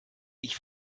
ich